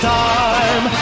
time